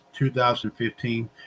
2015